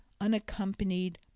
unaccompanied